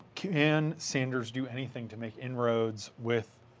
can sanders do anything to make inroads with,